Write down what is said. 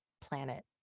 planet